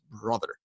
brother